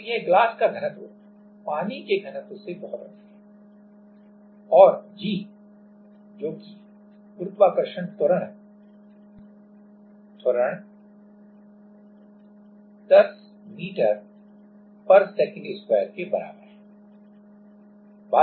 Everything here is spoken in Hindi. तो यह ग्लास का घनत्व पानी के घनत्व से बहुत अधिक है और g जो कि गुरुत्वाकर्षण त्वरण 10ms2 के बराबर है